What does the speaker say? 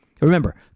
Remember